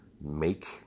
make